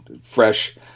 fresh